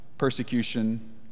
persecution